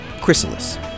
Chrysalis